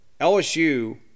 LSU